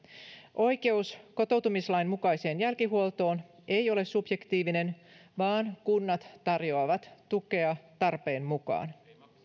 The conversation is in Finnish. oikeus kotoutumislain mukaiseen jälkihuoltoon ei ole subjektiivinen vaan kunnat tarjoavat tukea tarpeen mukaan